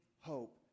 hope